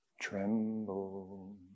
tremble